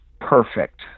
perfect